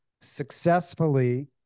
successfully